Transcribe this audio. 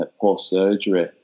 post-surgery